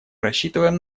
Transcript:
рассчитываем